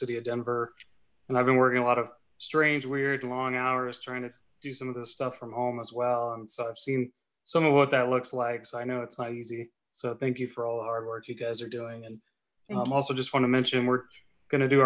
city of denver and i've been working a lot of strange weird long hours trying to do some of this stuff from home as well and so i've seen some of what that looks like so i know it's not easy so thank you for all the hard work you guys are doing and i'm also just want to mention we're gonna do